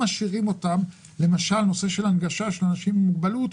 מדובר בנושא של הנגשה לאנשים עם מוגבלות,